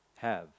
have